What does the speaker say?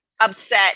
upset